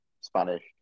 Spanish